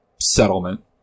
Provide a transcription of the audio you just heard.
settlement